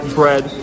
bread